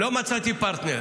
לא מצאתי פרטנר.